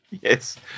yes